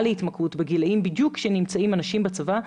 להתמכרות בגילאים שבהם אנשים נמצאים בצבא.